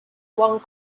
one